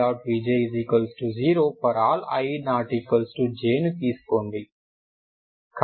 vj0 ∀ i≠jని తీసుకోండి